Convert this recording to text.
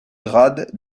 grades